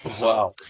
Wow